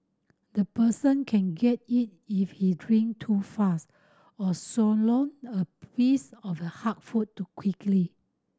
the person can get it if he drink too fast or swallow a piece of the hard food too quickly